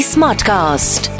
Smartcast